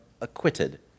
acquitted